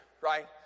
right